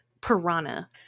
Piranha